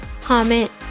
comment